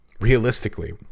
Realistically